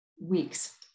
weeks